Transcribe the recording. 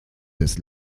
des